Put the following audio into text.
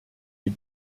die